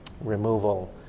removal